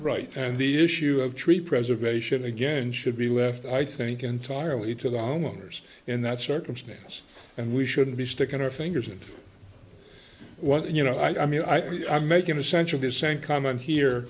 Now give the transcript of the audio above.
right and the issue of tree preservation again should be left i think entirely to the homeowners in that circumstance and we shouldn't be sticking our fingers and well you know i mean i make an essential descent come on here